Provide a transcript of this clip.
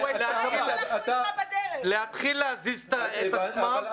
------ להתחיל להזיז את עצמם,